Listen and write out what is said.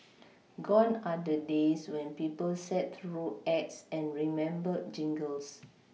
gone are the days when people sat through ads and remembered jingles